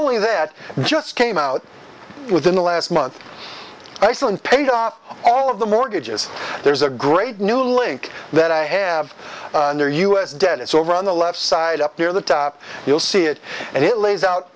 only that just came out within the last month iceland paid off all of the mortgages there's a great new link that i have there us dead it's over on the left side up near the top you'll see it and it lays out